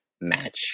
match